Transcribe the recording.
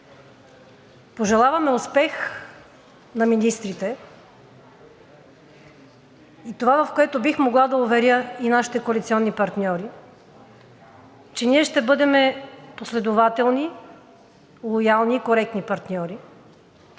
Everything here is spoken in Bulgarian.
Пожелаваме успех на министрите и това, в което бих могла да уверя нашите коалиционни партньори, е, че ние ще бъдем последователни, лоялни и коректни партньори,